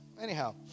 Anyhow